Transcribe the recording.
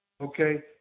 okay